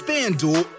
FanDuel